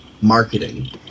marketing